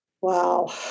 Wow